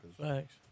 Thanks